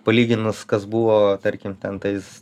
palyginus kas buvo tarkim ten tais